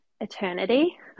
eternity